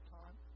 time